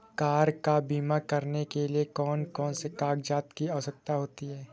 Car का बीमा करने के लिए कौन कौन से कागजात की आवश्यकता होती है?